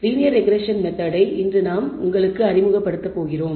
linear regression மெத்தெட்ஐ இன்று நாங்கள் உங்களுக்கு அறிமுகப்படுத்தப் போகிறோம்